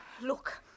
Look